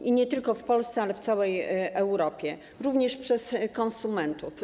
I nie tylko w Polsce, ale w całej Europie, również przez konsumentów.